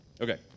Okay